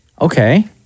Okay